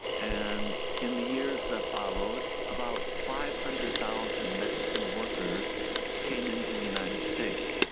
and in the years that followed, about five hundred thousand mexican workers came into the united states,